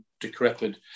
decrepit